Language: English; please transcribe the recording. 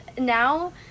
now